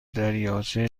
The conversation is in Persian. دریاچه